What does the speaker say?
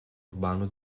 urbano